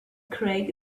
craig